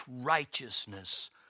righteousness